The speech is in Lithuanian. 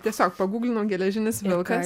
tiesiog paguglinau geležinis vilkas